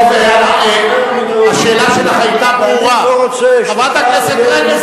מה זה לא להכניס פוליטיקאים פנימה?